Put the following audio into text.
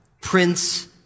prince